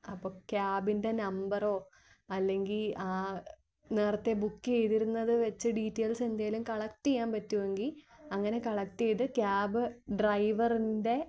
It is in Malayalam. അപ്പം ക്യാബിൻ്റെ നമ്പറോ അല്ലെങ്കിൽ ആ നേരത്തെ ബുക്ക് ചെയ്തിരുന്നത് വെച്ച് ഡീറ്റെയിൽസ് എന്തെങ്കിലും കളക്റ്റ് ചെയ്യാൻ പറ്റുമെങ്കിൽ അങ്ങനെ കളക്റ്റ് ചെയ്ത് ക്യാബ് ഡ്രൈവറിൻ്റെ